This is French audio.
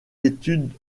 études